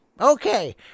Okay